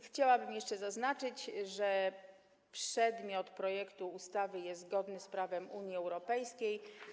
Chciałabym jeszcze zaznaczyć, że projekt ustawy jest zgodny z prawem Unii Europejskiej.